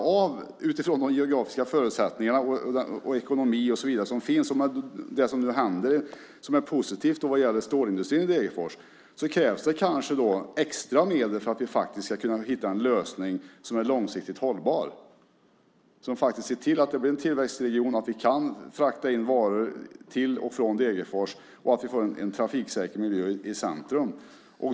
För att vi då utifrån geografiska förutsättningar, ekonomi och så vidare ska klara av detta krävs det kanske extra medel för att kunna hitta en lösning som är långsiktigt hållbar, alltså en lösning som innebär att detta blir en tillväxtregion, att vi kan frakta varor till och från Degerfors och att vi får en trafiksäker miljö i centrum.